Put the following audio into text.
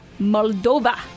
Moldova